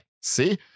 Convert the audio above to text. see